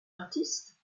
artiste